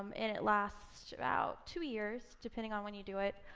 um and it lasts about two years depending on when you do it.